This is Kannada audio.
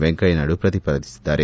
ವೆಂಕಯ್ನಾಯ್ನ ಪ್ರತಿಪಾದಿಸಿದ್ದಾರೆ